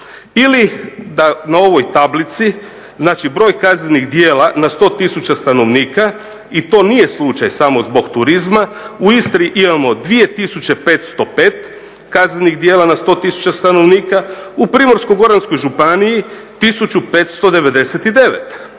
Ili da na ovoj tablici, znači broj kaznenih djela na sto tisuća stanovnika i to nije slučaj samo zbog turizma. U Istri imamo 2505 kaznenih djela na sto tisuća stanovnika. U Primorsko-goranskoj županiji 1599.